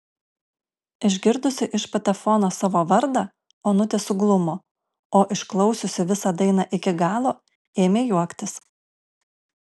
išgirdusi iš patefono savo vardą onutė suglumo o išklausiusi visą dainą iki galo ėmė juoktis